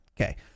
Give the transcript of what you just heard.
Okay